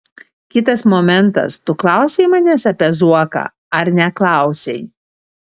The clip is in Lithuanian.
kitas momentas tu klausei manęs apie zuoką ar neklausei